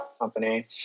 company